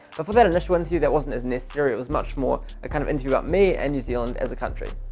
but for that initial interview that wasn't as necessary. it was much more a kind of interview about me and new zealand as a country.